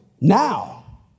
now